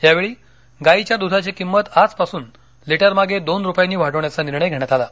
यावेळी गायीच्या दुधाची किमत आजपासून लिटरमागे दोन रुपयांनी वाढवण्याचा निर्णय घेण्यात आला